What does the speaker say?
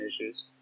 issues